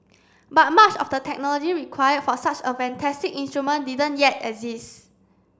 but much of the technology required for such a fantastic instrument didn't yet exist